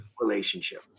relationship